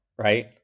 right